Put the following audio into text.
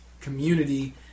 community